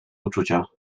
uczucia